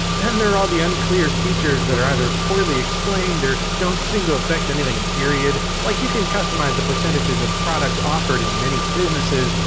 then there are all the unclear features that are either poorly explained or don't seem to affect anything period. period. like, you can customize the percentages of products offered in many businesses,